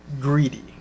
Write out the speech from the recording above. greedy